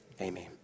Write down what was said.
Amen